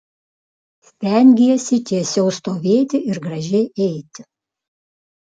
stengiesi tiesiau stovėti ir gražiai eiti